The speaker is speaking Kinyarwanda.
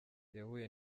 yahuye